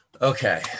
okay